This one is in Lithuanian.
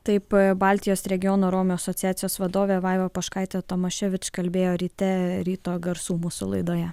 taip baltijos regiono romių asociacijos vadovė vaiva poškaitė tomaševič kalbėjo ryte ryto garsų mūsų laidoje